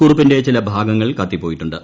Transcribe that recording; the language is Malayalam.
കുറിപ്പിന്റെ ചില ഭാഗങ്ങൾ കത്തിപ്പോയിട്ടുണ്ട്